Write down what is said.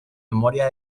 memoria